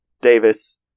davis